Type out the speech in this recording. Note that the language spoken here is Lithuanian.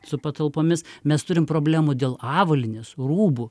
su patalpomis mes turim problemų dėl avalynės rūbų